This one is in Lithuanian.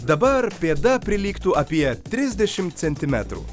dabar pėda prilygtų apie trisdešim centimetrų